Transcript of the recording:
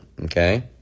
okay